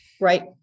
Right